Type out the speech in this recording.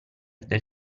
del